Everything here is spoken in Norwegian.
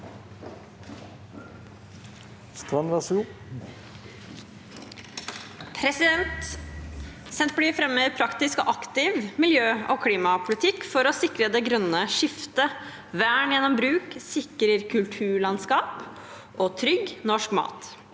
Senter- partiet fremmer praktisk og aktiv miljø- og klimapolitikk for å sikre det grønne skiftet. Vern gjennom bruk sikrer kulturlandskap og trygg norsk mat.